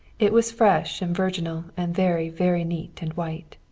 it was fresh and virginal, and very, very neat and white.